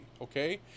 okay